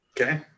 Okay